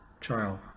Child